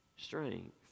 strength